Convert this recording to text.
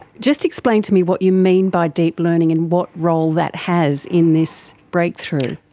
just explain to me what you mean by deep learning and what role that has in this breakthrough.